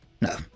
No